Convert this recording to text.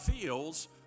feels